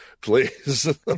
please